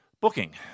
booking